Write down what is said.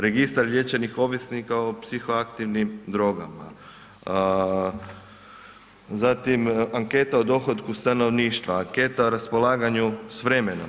Registar liječenih ovisnika o psihoaktivnim drogama, zatim anketa o dohotku stanovništva, anketa o raspolaganju sa vremenom.